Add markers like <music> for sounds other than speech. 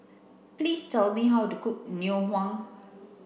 please tell me how to cook ngoh <unintelligible>